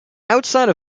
outside